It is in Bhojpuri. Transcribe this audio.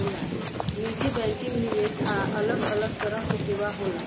निजी बैंकिंग, निवेश आ अलग अलग तरह के सेवा होला